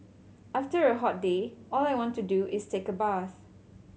after a hot day all I want to do is take a bath